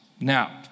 Now